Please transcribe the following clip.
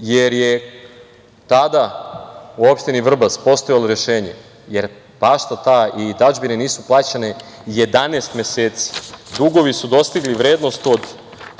jer je tada u opštini Vrbas postojalo rešenje, jer dažbine nisu plaćane 11 meseci, dugovi su dostigli vrednost od 135 hiljada